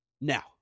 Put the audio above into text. now